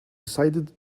decided